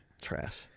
trash